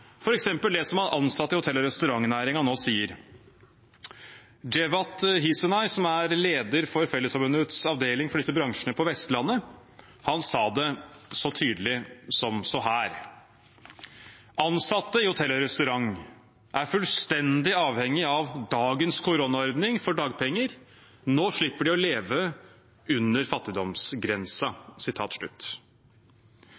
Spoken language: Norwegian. det som ansatte i hotell- og restaurantnæringen nå sier. Djevat Hisenaj, som er leder for Fellesforbundets avdeling for disse bransjene på Vestlandet, sa det så tydelig som dette: «Ansatte i hotell og restaurant er fullstendig avhengig av dagens koronaordning for dagpenger. Nå slipper de å leve under fattigdomsgrensa.»